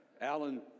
Alan